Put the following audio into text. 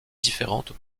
différente